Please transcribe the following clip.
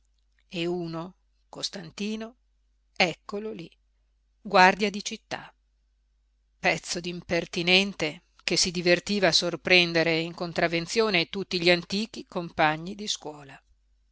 e uno costantino eccolo lì guardia di città pezzo d'impertinente che si divertiva a sorprendere in contravvenzione tutti gli antichi compagni di scuola